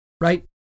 right